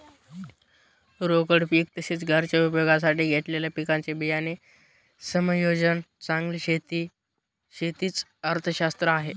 रोकड पीक तसेच, घरच्या उपयोगासाठी घेतलेल्या पिकांचे बियाणे समायोजन चांगली शेती च अर्थशास्त्र आहे